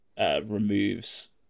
Removes